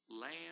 land